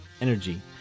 energy